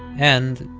and,